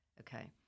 Okay